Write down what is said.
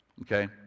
okay